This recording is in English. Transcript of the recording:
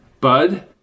Bud